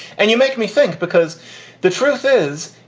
and you make me think, because the truth is,